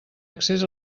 accés